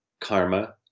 karma